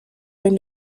going